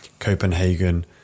Copenhagen